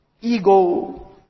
ego